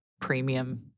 premium